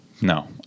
No